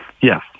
Yes